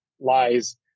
lies